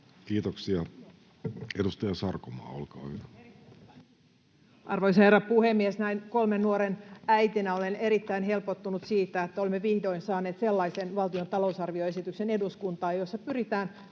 Kiitoksia. — Edustaja Sarkomaa, olkaa hyvä. Arvoisa herra puhemies! Näin kolmen nuoren äitinä olen erittäin helpottunut siitä, että olemme vihdoin saaneet eduskuntaan sellaisen valtion talousarvioesityksen, jossa pyritään